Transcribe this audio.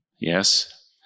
yes